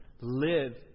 live